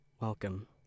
Welcome